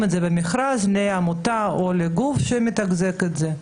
את זה במכרז לעמותה או לגוף שמתחזקים את זה.